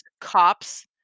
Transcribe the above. cops